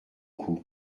coup